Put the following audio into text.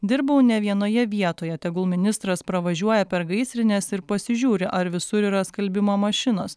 dirbau ne vienoje vietoje tegul ministras pravažiuoja per gaisrines ir pasižiūri ar visur yra skalbimo mašinos